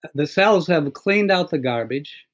the cells have cleaned out the garbage,